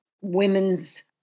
women's